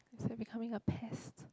so becoming a pest